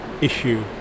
issue